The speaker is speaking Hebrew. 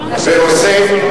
ואתם תומכים.